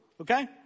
okay